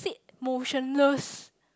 motionless